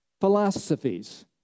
Philosophies